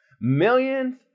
Millions